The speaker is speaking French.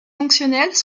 fonctionnelles